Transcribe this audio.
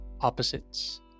opposites